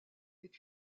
est